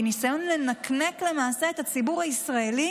היא ניסיון לנקנק למעשה את הציבור הישראלי